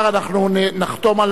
אנחנו נחתום עליו.